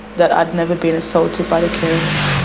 that i'd never been assaulted by the carers,